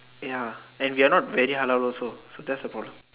ya and we are not very halal also so that's the problem